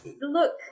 look